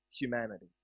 humanity